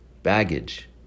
baggage